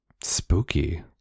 Spooky